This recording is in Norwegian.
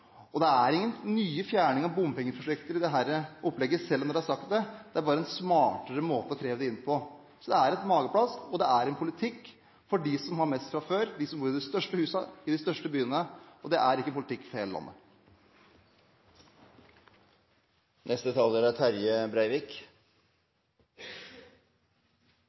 og det er ingen fjerning av bompengeprosjekter i dette opplegget selv om en har sagt det – det er bare en smartere måte å kreve det inn på. Så det er et mageplask: Det er en politikk for dem som har mest fra før, de som bor i de største husene i de største byene. Det er ikke en politikk for hele landet.